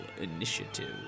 initiative